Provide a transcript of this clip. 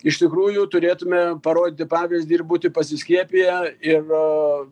iš tikrųjų turėtume parodyti pavyzdį ir būti pasiskiepiję ir